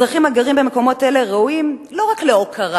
אזרחים הגרים במקומות אלה ראויים לא רק להוקרה.